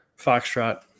Foxtrot